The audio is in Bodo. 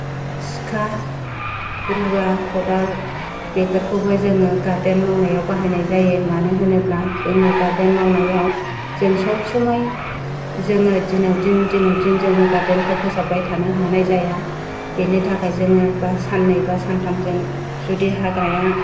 सिखा रुवा खदाल बेफोरखौबो जोङो गार्देन मावनाय बाहायनाय जायो मानो होनोब्ला जोङो गार्देन मावनायाव जों सब समाय जोङो दिनाव दिन दिनाव दिन जोङो गार्देनखो फोसाबबाय थानो हानाय जाया बेनि थाखाय जोङो साननै बा सानथाम जों जुदि हाग्राया